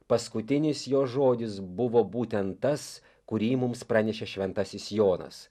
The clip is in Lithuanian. paskutinis jo žodis buvo būtent tas kurį mums pranešė šventasis jonas